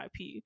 ip